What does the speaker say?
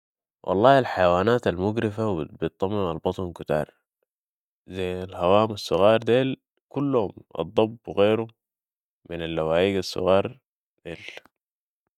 والله الحيوانات و المقرفة و البتطمم البطن كتار ، ذي الهوام الصغار ديل كلهم الضب و غيرو ، من اللواييق الصغار ديل